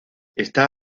está